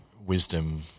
wisdom